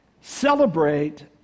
celebrate